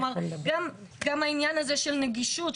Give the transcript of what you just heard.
גם העניין הזה של נגישות,